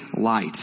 light